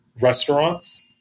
restaurants